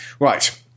right